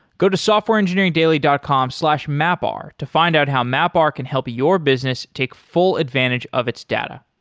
go to softwareengineeringdaily dot com slash mapr to find out how mapr can help your business take full advantage of its data.